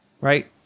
right